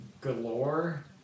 Galore